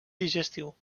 digestiu